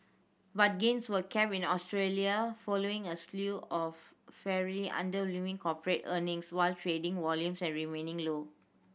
but gains were capped in Australia following a slew of fair underwhelming corporate earnings what trading volumes remaining low